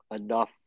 enough